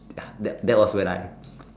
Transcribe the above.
ya that that was when I